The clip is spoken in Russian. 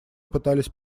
пытались